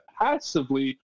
passively